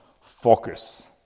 focus